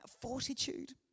Fortitude